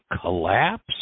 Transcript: collapse